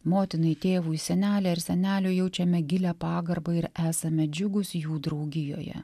motinai tėvui senelei ar seneliui jaučiame gilią pagarbą ir esame džiugūs jų draugijoje